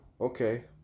Okay